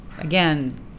again